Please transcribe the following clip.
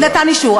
נתן אישור.